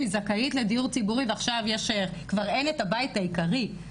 אם היא זכאית לדיור ציבורי ועכשיו כבר אין את הבית העיקרי,